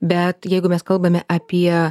bet jeigu mes kalbame apie